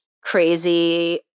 crazy